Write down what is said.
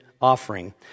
offering